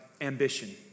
ambition